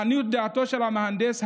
לעניות דעתו של המהנדס,